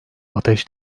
ateş